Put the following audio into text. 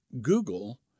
Google